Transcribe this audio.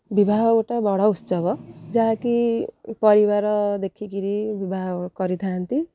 ବିବାହ ଗୋଟେ ବଡ଼ ଉତ୍ସବ ଯାହାକି ପରିବାର ଦେଖିକରି ବିବାହ କରିଥାନ୍ତି